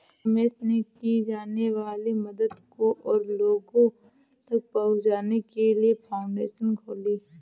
रमेश ने की जाने वाली मदद को और लोगो तक पहुचाने के लिए फाउंडेशन खोली